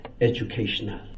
educational